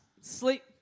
sleep